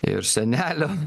ir senelio